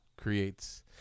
creates